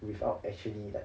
without actually like